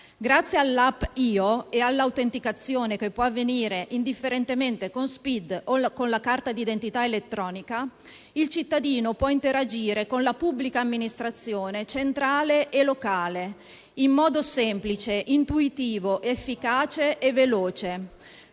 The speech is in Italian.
Grazie all'app IO e all'autenticazione che può avvenire indifferentemente con SPID o la con la carta d'identità elettronica, il cittadino può interagire con la pubblica amministrazione centrale e locale in modo semplice, intuitivo, efficace e veloce.